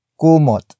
kumot